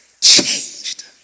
Changed